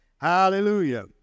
hallelujah